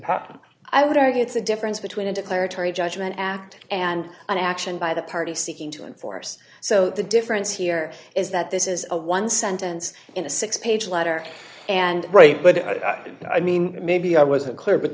argue it's a difference between a declaratory judgment act and an action by the party seeking to enforce so the difference here is that this is a one sentence in a six page letter and right but i didn't i mean maybe i wasn't clear but